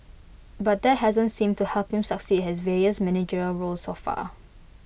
but that hasn't seem to help him succeed his various managerial roles so far